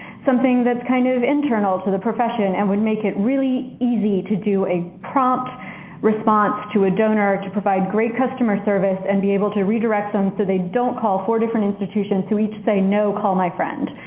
something that's kind of internal to the profession and would make it really easy to do a prompt response to a donor, to provide great customer service, and be able to redirect them so they don't call four different institutions who each say no, call my friend.